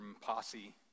posse